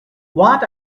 what